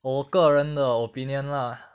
我个人的 opinion lah